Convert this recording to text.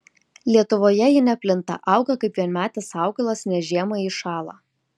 lietuvoje ji neplinta auga kaip vienmetis augalas nes žiemą iššąla